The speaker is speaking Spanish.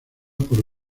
por